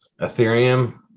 Ethereum